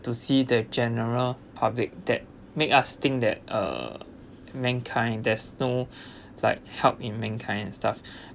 to see the general public that make us think that uh mankind there's no like help in mankind and stuff